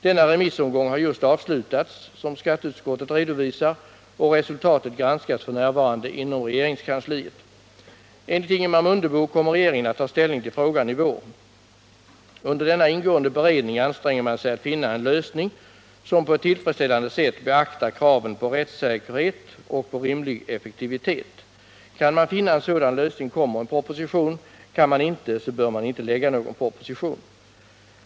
Denna remissomgång har just avslutats, som skatteutskottet redovisar, och resultatet granskas f. n. inom regeringskansliet. Enligt Ingemar Mundebo kommer regeringen att ta ställning till frågan i vår. Under denna ingående beredning anstränger man sig att finna en lösning som på ett tillfredsställande sätt beaktar kraven på rättssäkerhet och på rimlig effektivitet. Kan man finna en sådan lösning, kommer en proposition — kan man inte, så bör man inte lägga fram någon proposition.